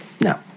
no